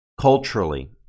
Culturally